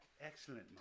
Excellent